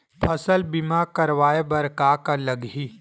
फसल बीमा करवाय बर का का लगही?